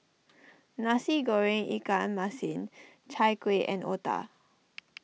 Nasi Goreng Ikan Masin Chai Kueh and Otah